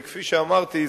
וכפי שאמרתי,